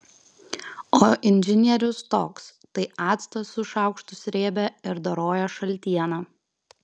o inžinierius toks tai actą su šaukštu srėbė ir dorojo šaltieną